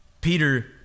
Peter